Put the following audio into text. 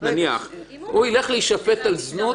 הוא ילך להישפט על זנות?